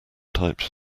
types